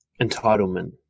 entitlement